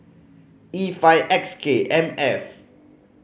E five X K M F